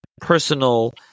personal